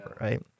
right